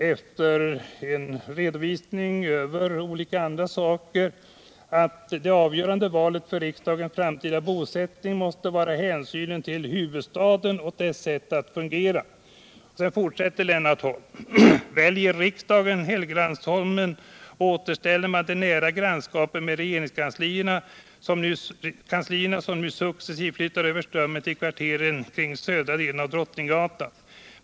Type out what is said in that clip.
Efter en redovisning av en del andra frågor skriver han: ”Det avgörande valet för riksdagens framtida bosättning måste vara hänsynen till huvudstaden och dess sätt att fungera.” Lennart Holm säger något senare i sin artikel: "Väljer riksdagen Helgeandsholmen återställer man det nära grannskapet till regeringskanslierna, som nu successivt flyttar över Strömmen till kvarteren kring södra delen av Drottninggatan.